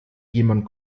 jemand